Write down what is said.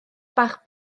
bach